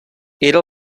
era